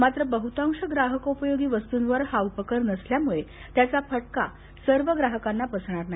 मात्र बहतांश ग्राहकोपयोगी वस्तंवर हा उपकर नसल्यामळे त्याचा फटका सर्व ग्राहकांना बसणार नाही